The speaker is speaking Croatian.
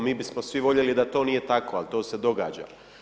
Mi bismo svi voljeli da to nije tako, al to se događa.